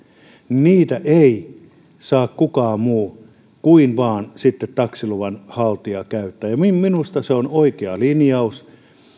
henkilökohtaisesti ei saa kukaan muu kuin vain taksiluvan haltija tarjota minusta se on oikea linjaus